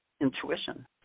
intuition